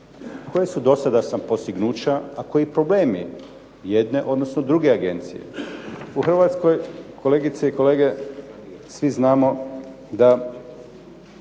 koja su do sada postignuća, a koji problemi jedne, odnosno druge agencije. U Hrvatskoj kolegice i kolege svi znamo da